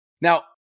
Now